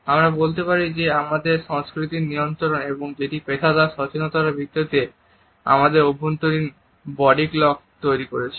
আমরা বলতে পারি যে আমাদের সংস্কৃতির নিয়ন্ত্রণ এবং পেশাদার সচেতনতায় ভিত্তিতে আমরা আমাদের অভ্যন্তরীণ বডি ক্লক তৈরি করেছি